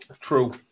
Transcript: True